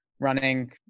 running